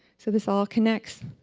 so this all connects.